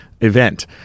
event